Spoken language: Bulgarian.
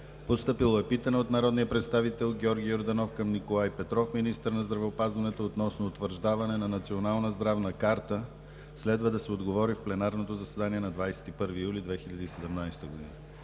включително: - от народния представител Георги Йорданов, към Николай Петров – министър на здравеопазването, относно утвърждаване на Национална здравна карта. Следва да се отговори в пленарното заседание на 21 юли 2017 г.;